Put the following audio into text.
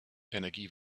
energie